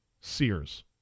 Sears